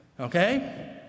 Okay